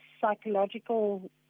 psychological